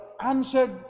answered